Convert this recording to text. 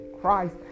Christ